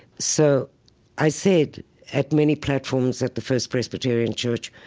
so i said at many platforms at the first presbyterian church,